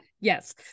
yes